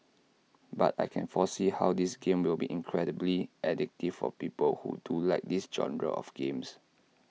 but I can foresee how this game will be incredibly addictive for people who do like this genre of games